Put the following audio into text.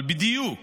אבל בדיוק